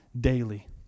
daily